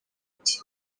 ati